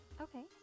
Okay